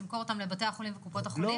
למכור אותם לבתי החולים וקופות החולים?